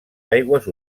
aigües